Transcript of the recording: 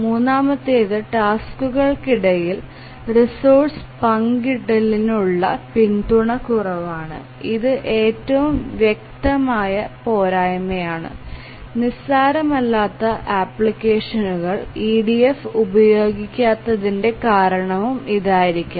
മൂന്നാമത്തേത് ടാസ്ക്കുകൾക്കിടയിൽ റിസോഴ്സ്സ് പങ്കിടലിനുള്ള പിന്തുണ കുറവാണ് ഇത് ഏറ്റവും വ്യക്തമായ പോരായ്മയാണ് നിസ്സാരമല്ലാത്ത അപ്ലിക്കേഷനുകൾ EDF ഉപയോഗിക്കാത്തതിന്റെ കാരണവും ഇതായിരിക്കാം